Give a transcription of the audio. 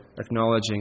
acknowledging